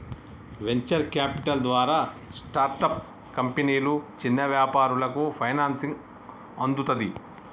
venture capital ద్వారా startup కంపెనీలు, చిన్న వ్యాపారాలకు ఫైనాన్సింగ్ అందుతది